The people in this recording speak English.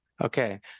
Okay